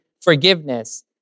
forgiveness